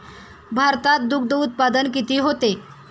भारतात दुग्धउत्पादन किती होते?